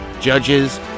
judges